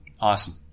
Awesome